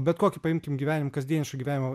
bet kokį paimkim gyvenimą kasdieniško gyvenimo